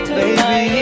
Baby